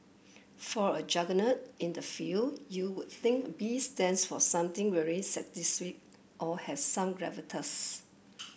for a juggernaut in the field you would think B stands for something really or has some gravitas